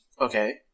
Okay